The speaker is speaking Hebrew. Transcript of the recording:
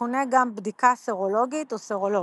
מכונה גם בדיקות סרולוגיות או "סרולוגיה".